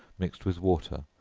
mixed with water,